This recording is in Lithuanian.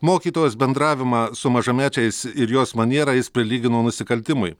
mokytojos bendravimą su mažamečiais ir jos manierą jis prilygino nusikaltimui